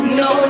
no